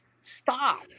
Stop